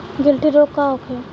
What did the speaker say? गिल्टी रोग का होखे?